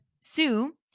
Sue